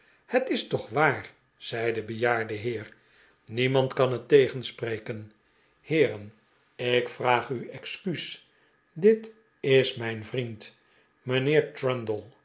het is toch waar zei de bejaarde heer niemand kan het tggenspreken heeren ik vraag u excuus dit is miin vriend mijnheer trundle